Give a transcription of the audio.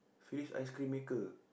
free ice cream maker